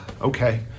okay